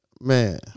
Man